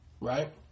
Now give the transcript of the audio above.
right